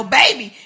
baby